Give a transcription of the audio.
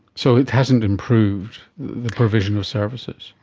so it hasn't improved the provision of services?